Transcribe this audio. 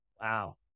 Wow